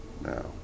Now